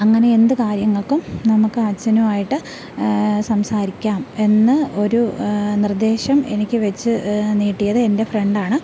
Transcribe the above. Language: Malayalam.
അങ്ങനെ എന്തു കാര്യങ്ങൾക്കും നമുക്ക് അച്ഛനുമായിട്ട് സംസാരിക്കാം എന്ന് ഒരു നിർദ്ദേശം എനിക്ക് വെച്ച് നീട്ടിയത് എൻ്റെ ഫ്രണ്ടാണ്